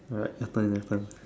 alright it happens it happens